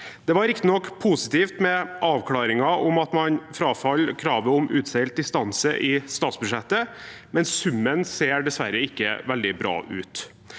Det var riktignok positivt med avklaringen om at man frafaller kravet om utseilt distanse i statsbudsjettet, men summen ser dessverre ikke veldig bra ut.